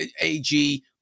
AG